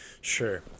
Sure